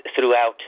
throughout